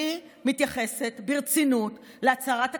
אני מתייחסת ברצינות להצהרת הכוונות,